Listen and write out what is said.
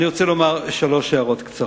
אני רוצה להעיר שלוש הערות קצרות.